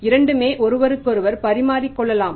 இரண்டுமே ஒருவருக்கொருவர் பரிமாறிக் கொள்ளலாம்